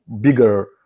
bigger